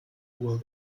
uhr